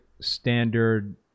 standard